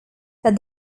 that